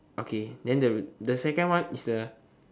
okay then the the second is a